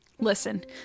Listen